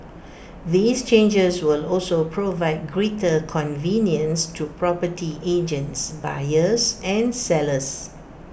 these changes will also provide greater convenience to property agents buyers and sellers